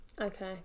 Okay